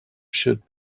should